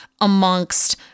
amongst